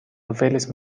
papeles